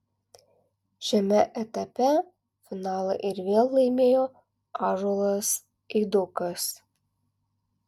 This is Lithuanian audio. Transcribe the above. šiame etape finalą ir vėl laimėjo ąžuolas eidukas